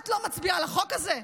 את לא מצביעה על החוק הזה?